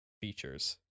features